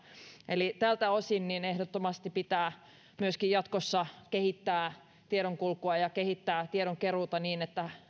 eli tältä osin ehdottomasti pitää myöskin jatkossa kehittää tiedonkulkua ja kehittää tiedonkeruuta niin että